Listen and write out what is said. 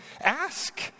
Ask